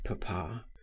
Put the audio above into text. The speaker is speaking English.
papa